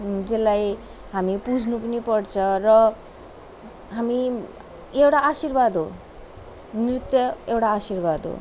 त्यसलाई हामी बुझ्नु पनि पर्छ र हामी एउटा आशीर्वाद हो नृत्य एउटा आशीर्वाद हो